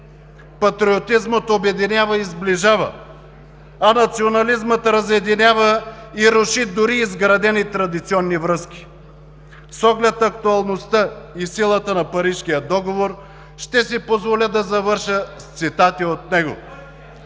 Патриотизмът обединява и сближава, а национализмът разединява и руши дори изградени традиционни връзки. С оглед актуалността и силата на Парижкия договор ще си позволя да завърша с цитати от него.